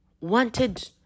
wanted